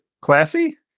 classy